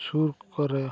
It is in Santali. ᱥᱩᱨ ᱠᱚᱨᱮ